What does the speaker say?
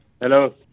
Hello